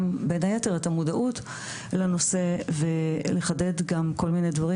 בין היתר את המודעות לנושא ולחדד גם כל מיני דברים,